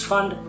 Fund